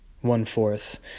One-fourth